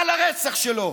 על הרצח שלו.